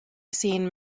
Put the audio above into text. seen